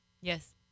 Yes